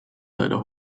leider